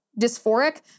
dysphoric